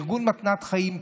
ארגון "מתנת חיים",